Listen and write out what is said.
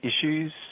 issues